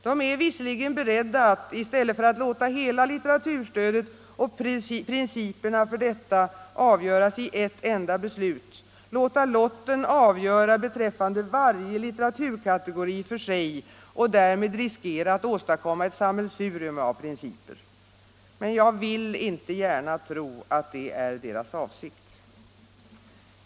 De är visserligen beredda att, i stället för att hela litteraturstödet och principerna för detta skall avgöras i ett enda beslut, låta lotten avgöra beträffande varje litteraturkategori för sig och därmed riskera att åstadkomma ett sammelsurium av principer. Men jag vill inte gärna tro att det är deras avsikt.